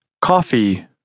Coffee